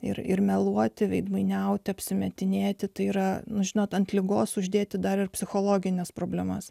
ir ir meluoti veidmainiauti apsimetinėti tai yra nu žinot ant ligos uždėti dar ir psichologines problemas